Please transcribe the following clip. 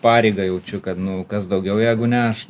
pareigą jaučiu kad nu kas daugiau jeigu ne aš